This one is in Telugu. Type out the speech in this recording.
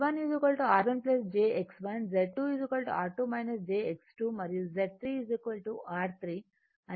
అని తీసుకున్నాము